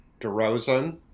DeRozan